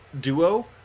duo